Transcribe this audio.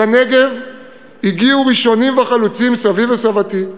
אל הנגב הגיעו ראשונים וחלוצים סבי וסבתי,